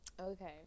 okay